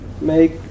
make